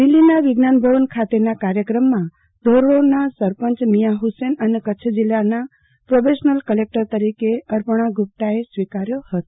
દિલ્હીના વિજ્ઞાનભવન ખાતેના કાર્યક્રમમા ધોરડીના સરપંચ મિયાઠુશેન અને કચ્છ જિલ્લાના પ્રોબેશનલ કલેક્ટર તરીકે અર્પણા ગુપ્તાએ સ્વીકાર્યો હતો